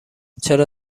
چرا